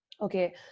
okay